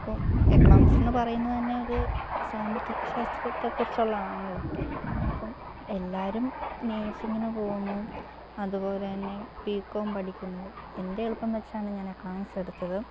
അപ്പോൾ എക്കണോമിക്സ് എന്ന് പറയുന്നത് തന്നെ ഒരു സാമ്പത്തികശാസ്ത്രത്തെ കുറിച്ചുള്ളത് ആണല്ലോ അപ്പം എല്ലാരും നേഴ്സിങിന് പോവുന്നു അതുപോലെ തന്നെ ബി കോം പഠിക്കുന്നു എൻ്റെ എളുപ്പം വെച്ചാണ് ഞാൻ എക്കണോമിക്സ് എടുത്തത്